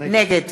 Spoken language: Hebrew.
נגד